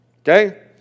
Okay